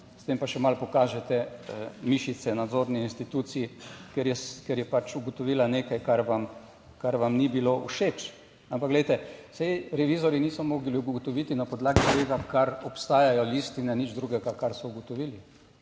s tem pa še malo pokažete mišice nadzorni instituciji, ker, ker je pač ugotovila nekaj, kar vam, kar vam ni bilo všeč. Ampak glejte, saj revizorji niso mogli ugotoviti. Na podlagi tega, kar obstajajo listine, nič drugega, kar so ugotovili.